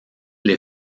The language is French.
les